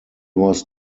was